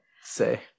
say